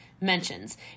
mentions